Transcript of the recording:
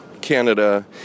Canada